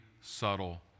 subtle